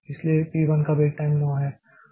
इसलिए पी 1 के wait time 9 है